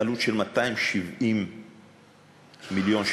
בעלות של 270 מיליון שקלים.